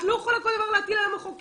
את לא יכולה כל דבר להטיל על המחוקק,